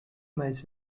mais